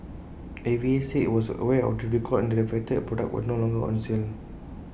A V A said IT was aware of the recall and that the affected products were no longer on sale